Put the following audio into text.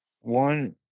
One